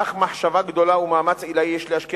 אך מחשבה גדולה ומאמץ עילאי יש להשקיע